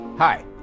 Hi